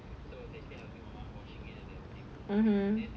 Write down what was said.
mmhmm